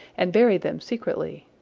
and bury them secretly.